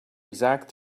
exact